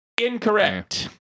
Incorrect